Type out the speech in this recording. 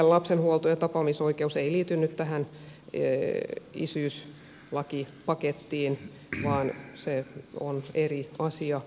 lapsen huolto ja tapaamisoikeus ei liity nyt tähän isyyslakipakettiin vaan se on eri asia